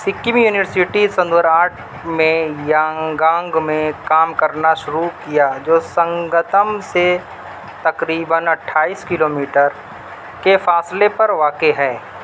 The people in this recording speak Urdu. سکم یونیورسٹی سن دو ہزار آٹھ میں یانگانگ میں کام کرنا شروع کیا جو سنگتم سے تقریباً اٹھائیس کلومیٹر کے فاصلے پر واقع ہے